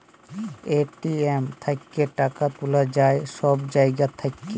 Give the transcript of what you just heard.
ATM থ্যাইকে টাকা তুলা যায় ছব জায়গা থ্যাইকে